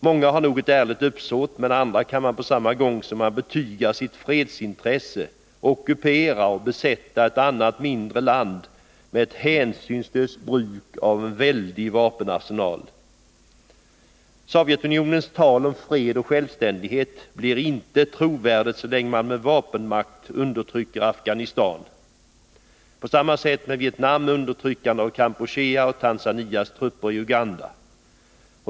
Många har nog ett ärligt uppsåt, men andra kan på samma gång som man betygar sitt fredsintresse ockupera ett annat, mindre land med ett hänsynslöst bruk av en väldig vapenarsenal. Sovjetunionens tal om fred och självständighet blir inte trovärdigt så länge man med vapenmakt undertrycker Afghanistan. Förhållandet är detsamma när det gäller Vietnams undertryckande av Kampuchea och Tanzanias trupper i Uganda.